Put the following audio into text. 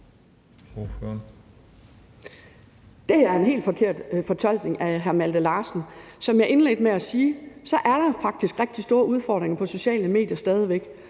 Det er en helt forkert fortolkning af hr. Malte Larsen. Som jeg indledte med at sige, er der faktisk rigtig store udfordringer på sociale medier stadig væk,